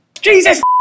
Jesus